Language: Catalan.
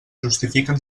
justifiquen